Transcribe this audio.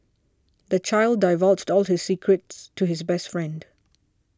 the child divulged all his secrets to his best friend